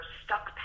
stuck